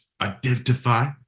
Identify